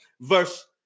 verse